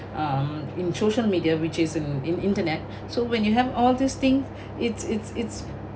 um in social media which is in in internet so when you have all these thing it's it's it's